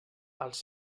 els